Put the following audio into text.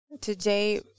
Today